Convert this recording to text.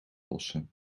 lossen